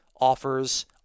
offers